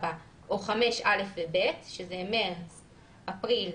4 או 5(א) ו-(ב) שזה מאפריל ומאי,